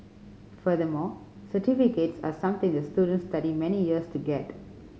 furthermore certificates are something that students study many years to get